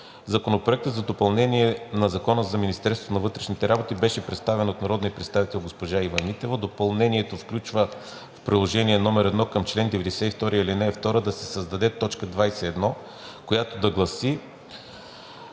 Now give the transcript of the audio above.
Законопроектът за допълнение на Закона за Министерството на вътрешните работи беше представен от народния представител госпожа Ива Митева. Допълнението включва в Приложение № 1 към чл. 92, ал. 2 да се създаде т. 21, която да гласи: